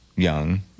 Young